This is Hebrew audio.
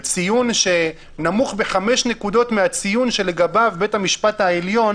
וציון שנמוך בחמש נקודות מהציון שלגביו בית המשפט העליון